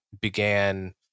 began